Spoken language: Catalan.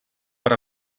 per